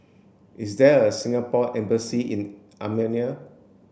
is there a Singapore embassy in Armenia